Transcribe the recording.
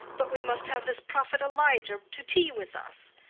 but we must have this prophet elijah to tea with us,